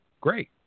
Great